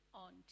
on